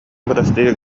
бырастыы